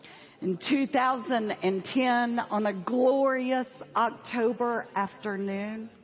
in two thousand and ten, on a glorious october afternoon,